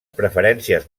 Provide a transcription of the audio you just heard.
preferències